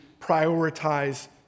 prioritize